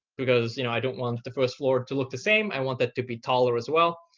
because you know, i don't want the first floor to look the same. i want that to be taller, as well.